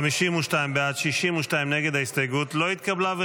52 בעד, 62 נגד, ההסתייגות לא התקבלה.